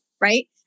right